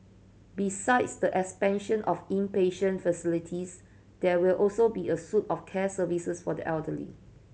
besides the expansion of inpatient facilities there will also be a suite of care services for the elderly